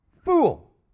Fool